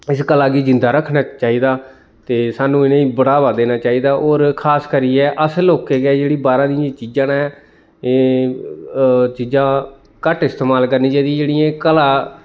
इस कला गी जिंदा रखना चाहिदा ते सानूं इ'नेंगी बढ़ावा देना चाहिदा होर खास करियै अस लोकें गै जेह्ड़ी बाहरा दियां चीजां न एह् चीजां घट्ट इस्तेमाल करनी चाहिदी जेह्ड़ियां कला